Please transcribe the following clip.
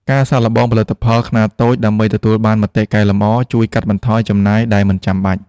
ការសាកល្បងផលិតផលខ្នាតតូចដើម្បីទទួលបានមតិកែលម្អជួយកាត់បន្ថយចំណាយដែលមិនចាំបាច់។